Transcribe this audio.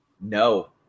No